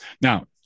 Now